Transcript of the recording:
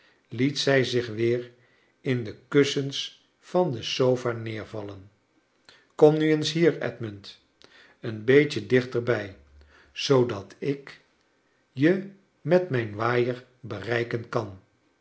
liet zij zich weer in de kussens van de sofa neervallen kom nu eens hier edmund een beetje dichter bij zoodat ik je met mijn waaier bereiken kan